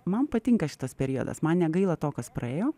man patinka šitas periodas man negaila to kas praėjo